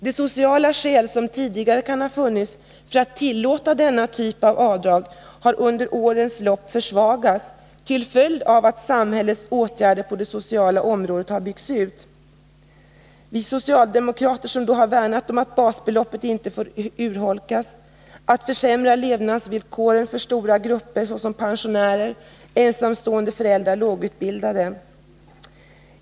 De sociala skäl som tidigare kan ha funnits för att tillåta denna typ av avdrag, dvs. för periodiskt understöd, har under årens lopp försvagats till följd av att samhällets åtgärder på det sociala området byggts ut. Vi socialdemokrater värnar om att basbeloppet inte får urholkas, att levnadsvillkoren för stora grupper, såsom pensionärer, ensamstående föräldrar och lågutbildade, inte får försämras.